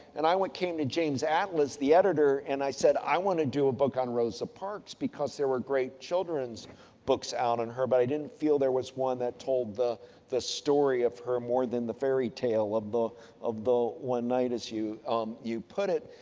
and i came to james atlas, the editor, and i said i want to do a book on rosa parks because there were great children's books out on her but i didn't feel there was one that told the the story of her more than the fairy tale of the of the one night, as you you put it.